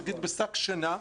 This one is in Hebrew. נגיד בשק שינה,